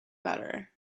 better